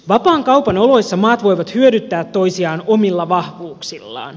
vapaan kaupan oloissa maat voivat hyödyttää toisiaan omilla vahvuuksillaan